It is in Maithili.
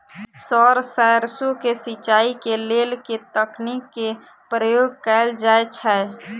सर सैरसो केँ सिचाई केँ लेल केँ तकनीक केँ प्रयोग कैल जाएँ छैय?